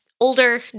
older